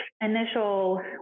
initial